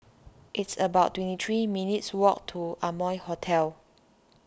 it's about twenty three minutes' walk to Amoy Hotel